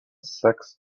six